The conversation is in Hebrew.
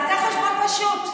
תעשה חשבון פשוט.